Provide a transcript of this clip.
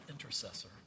intercessor